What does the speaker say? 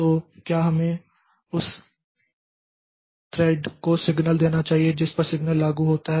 तो क्या हमें उस थ्रेड को सिग्नल देना चाहिए जिस पर सिग्नल लागू होता है